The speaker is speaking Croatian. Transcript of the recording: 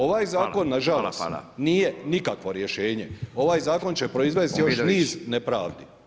Ovaj zakon nažalost nije nikakvo rješenje, ovaj zakon će proizvesti još niz nepravdi.